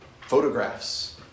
photographs